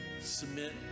submit